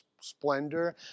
splendor